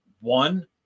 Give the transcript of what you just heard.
one